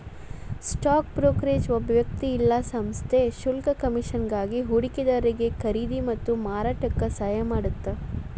stock brokerage ಒಬ್ಬ ವ್ಯಕ್ತಿ ಇಲ್ಲಾ ಸಂಸ್ಥೆ ಶುಲ್ಕ ಕಮಿಷನ್ಗಾಗಿ ಹೂಡಿಕೆದಾರಿಗಿ ಖರೇದಿ ಮತ್ತ ಮಾರಾಟಕ್ಕ ಸಹಾಯ ಮಾಡತ್ತ